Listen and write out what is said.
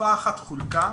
קופה אחת חולקה